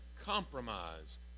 compromise